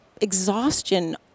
exhaustion